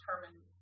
determine